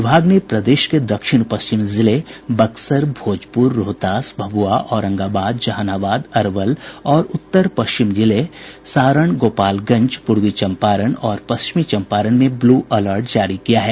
विभाग ने प्रदेश के दक्षिण पश्चिम जिले बक्सर भोजपुर रोहतास भभुआ औरंगाबाद जहानाबाद अरवल और उत्तर पश्चिम जिले सारण गोपालगंज प्रर्वी चम्पारण और पश्चिमी चम्पारण में ब्लू अलर्ट जारी किया है